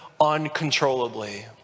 uncontrollably